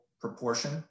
proportion